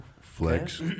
Flex